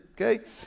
okay